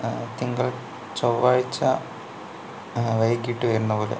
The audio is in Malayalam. തിങ്കൾ ചൊവ്വാഴ്ച വൈകിട്ട് വരുന്നപോലെ